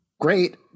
Great